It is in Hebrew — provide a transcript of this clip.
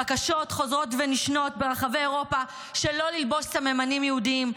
בקשות חוזרות ונשנות ברחבי אירופה שלא ללבוש סממנים יהודיים,